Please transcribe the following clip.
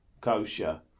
kosher